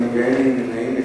אין מתנגדים ואין נמנעים.